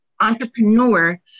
entrepreneur